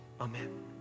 amen